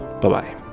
Bye-bye